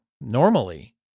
normally